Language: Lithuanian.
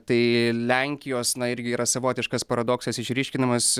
tai lenkijos na irgi yra savotiškas paradoksas išryškinamas